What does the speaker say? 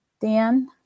Dan